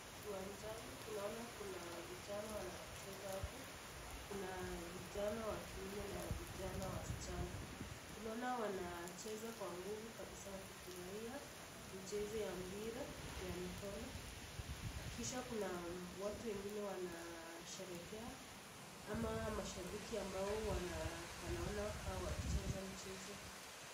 Kiwanjani tunaona kuna vijana wanaocheza. Kuna vijana wa kiume na kike. Tunaona wanacheza kwa nguvu wakitumia mpira wa mkono. Kisha kuna watu wengine wanaosherekea ama ni mashabiki ambao wanaona hawa wakicheza mchezo huu.